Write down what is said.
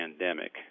pandemic